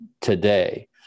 today